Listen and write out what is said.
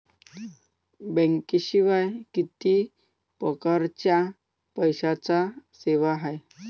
बँकेशिवाय किती परकारच्या पैशांच्या सेवा हाय?